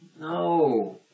No